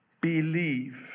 believe